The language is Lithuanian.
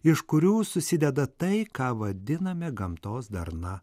iš kurių susideda tai ką vadiname gamtos darna